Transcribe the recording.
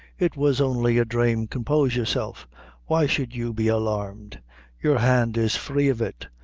it was only a drame compose yourself why should you be alarmed your hand is free of it.